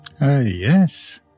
yes